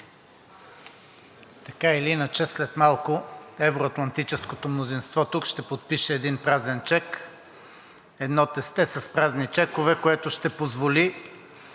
Така или иначе след малко евро-атлантическото мнозинство ще подпише един празен чек, едно тесте с празни чекове, което ще позволи,